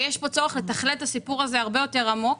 יש כאן צורך לתכלל את הסיפור הזה הרבה יותר עמוק.